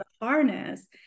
harness